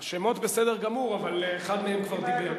השמות בסדר גמור, אבל אחד מהם כבר דיבר.